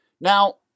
Now